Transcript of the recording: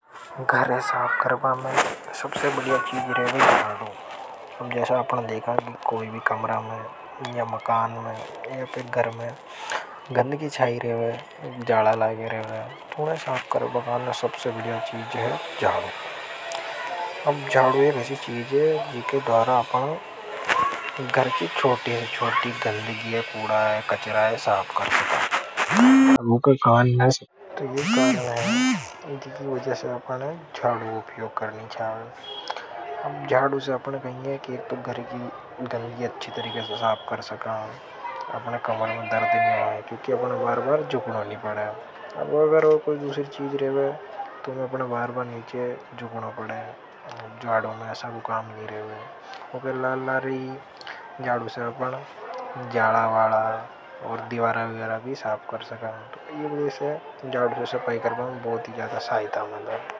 घर साफ करवा में सबस बढ़िया चीज है जाड़ू। जैसा आपने देखा कि कोई भी कमरा में या मकान में या पे घर में। गंद की चाही रहे है जाला लागे रवे। तुने साफ करवा में सबसे बढ़िया चीज है जाड़ू। अब जाडु एक ऐसी चीजे जी के दौरा अपना गर की छोटी है छोटी गंदगी है कूड़ा है कचरा है साफ कर सकता है। तो यही कारण है इनकी की वजह से अपना झाड़ू उपयोग करनी चाहिए। अब झाड़ू से अपना कहीं है कि एक तो घर की गंदगी अच्छी तरीके से साप कर सका। अपने कमल में दर्द नहीं आया क्योंकि अपने बार-बार जुखना नहीं पड़ा। अगर वो कोई दूसरी चीज रहे वो तो अपने बार-बार नहीं के जुखना पड़ा। जाड़ों में ऐसा को काम नहीं रहे वो। लालारी जाड़ों से अपना जाला वाला और दिवारा विगरा भी साफ कर सका यह जड़ों से सपाहित करवाओं बहुत ही ज्यादा सहायता मिले।